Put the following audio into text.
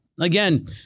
Again